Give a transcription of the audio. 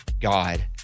God